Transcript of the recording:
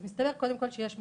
אז מסתבר קודם כל שיש מכסות,